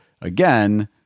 again